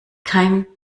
kein